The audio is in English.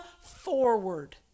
forward